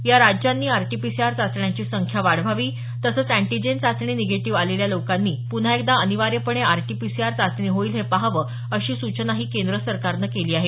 या राज्यांनी आरटीपीसीआर चाचण्यांची संख्या वाढवावी तसंच अँटीजेन चाचणी निगेटीव्ह आलेल्या लोकांची पुन्हा एकदा अनिवार्यपणे आरटीपीसीआर चाचणी होईल हे पहावं अशी सूचनाही केंद्र सरकारनं केली आहे